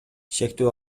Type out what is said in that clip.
шектүү